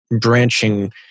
branching